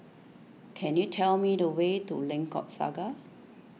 can you tell me the way to Lengkok Saga